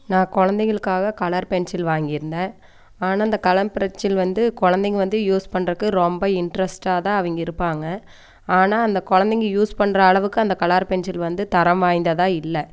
நான் குழந்தைங்களுக்காக colour pencil வாங்கிருந்தேன் ஆனால் அந்த கலர் பென்சில் வந்து குழந்தைங்க வந்து யூஸ் பண்ணுறக்கு ரொம்ப இன்ட்ரஸ்ட்டாகதான் அவங்க இருப்பாங்க ஆனால் அந்த குழந்தைங்க யூஸ் பண்ணுற அளவுக்கு அந்த கலர் பென்சில் வந்து தரம் வாய்ந்ததாக இல்லை